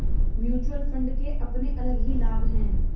mutual fund के अपने अलग ही लाभ हैं